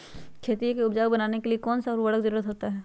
खेती को उपजाऊ बनाने के लिए कौन कौन सा उर्वरक जरुरत होता हैं?